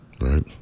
right